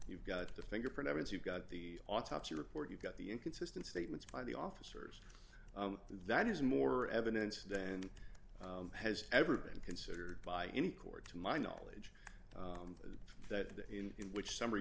you've got the fingerprint evidence you've got the autopsy report you've got the inconsistent statements by the officers that is more evidence than has ever been considered by any court to my knowledge that in which summary